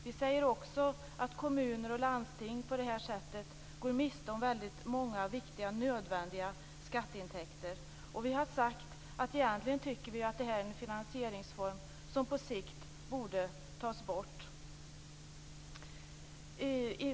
Vi säger också att kommuner och landsting på det här sättet går miste om väldigt många viktiga och nödvändiga skatteintäkter. Vi har sagt att vi egentligen tycker att det är en finansieringsform som på sikt borde tas bort.